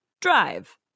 drive